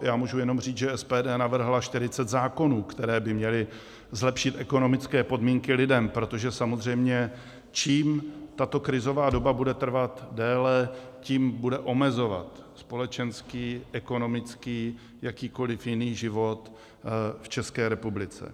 Já můžu jenom říct, že SPD navrhla 40 zákonů, které by měly zlepšit ekonomické podmínky lidem, protože samozřejmě čím déle tato krizová doba bude trvat, tím bude omezovat společenský, ekonomický a jakýkoliv jiný život v České republice.